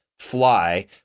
fly